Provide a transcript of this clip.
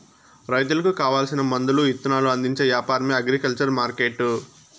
రైతులకు కావాల్సిన మందులు ఇత్తనాలు అందించే యాపారమే అగ్రికల్చర్ మార్కెట్టు